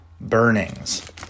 burnings